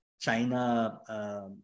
China